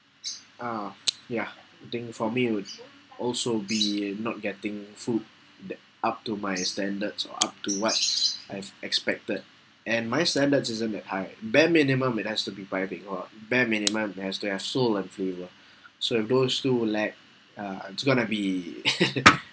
ah ya I think for me would also be uh not getting food that up to my standards or up to what I've expected and my standard isn't that high bare minimum it has to be bare minimum it has to have soul and flavour so if those two lack uh it's going to be